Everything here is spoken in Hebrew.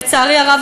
לצערי הרב,